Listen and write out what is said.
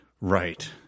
Right